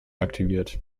aktiviert